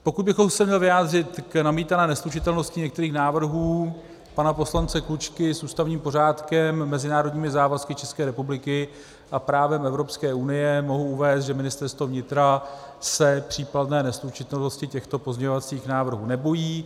Pokud bychom se měli vyjádřit, jak je namítaná neslučitelnost některých návrhů pana poslance Klučky s ústavním pořádkem, mezinárodními závazky České republiky a právem Evropské unie, mohu uvést, že Ministerstvo vnitra se případné neslučitelnosti těchto pozměňovacích návrhů nebojí.